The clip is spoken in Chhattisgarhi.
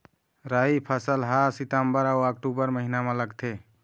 राई फसल हा सितंबर अऊ अक्टूबर महीना मा लगथे